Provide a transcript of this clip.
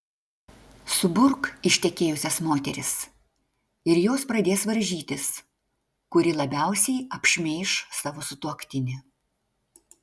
suburk ištekėjusias moteris ir jos pradės varžytis kuri labiausiai apšmeiš savo sutuoktinį